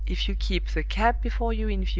if you keep the cab before you in view,